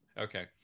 Okay